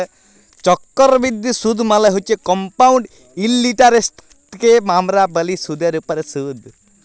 চক্করবিদ্ধি সুদ মালে হছে কমপাউল্ড ইলটারেস্টকে আমরা ব্যলি সুদের উপরে সুদ